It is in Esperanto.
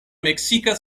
meksika